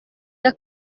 iya